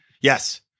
Yes